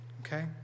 Okay